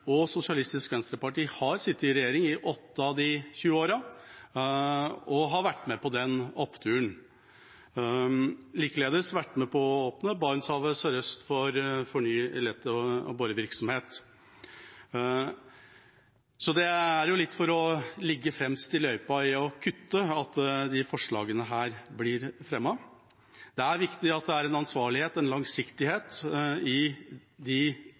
Sosialistisk Venstreparti har sittet i regjering i åtte av de tjue årene og har vært med på den oppturen. De har likeledes vært med på å åpne Barentshavet sørøst for ny lete- og borevirksomhet. Det er litt for å ligge fremst i løypa i å kutte at disse forslagene blir fremmet. Det er viktig at det er ansvarlighet og langsiktighet i de